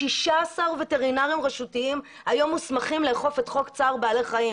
16 וטרינרים רשותיים מוסמכים היום לאכוף את חוק צער בעלי חיים.